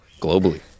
globally